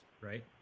right